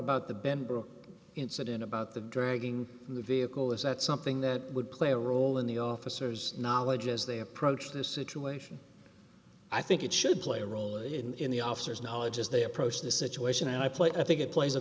about the benbrook incident about the dragging the vehicle is that something that would play a role in the officers knowledge as they approach this situation i think it should play a role in the officers knowledge as they approach the situation and i put i think it plays a